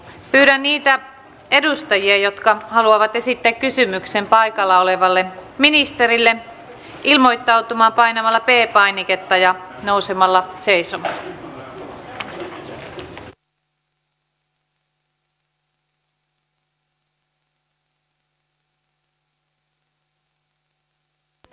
pyydän niitä edustajia jotka haluavat esittää kysymyksen paikalla olevalle ministerille ilmoittautumaan painamalla p painiketta ja nousemalla seisomaan